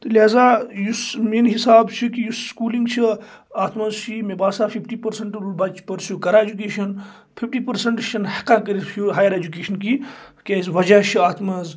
تہِ لہٰذا یُس میانہِ حساب چھُ کہِ یُس سکوٗلنگ چھِ اتھ منٛز چھِ یہِ مےٚ باسان فِفٹی پٔرسنٹ بَچہِ پٔرسو کران ایٚجوکیشن فِفٹی پٔرسنٹ چِھنہٕ ہیٚکان کٔرتھ ہایر ایٚجوکیشن کہیٖنۍ کیازِ وَجہِ چھُ اتھ منٛز